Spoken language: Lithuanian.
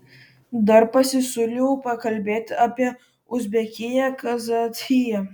dar pasisiūliau pakalbėti apie uzbekiją kazachiją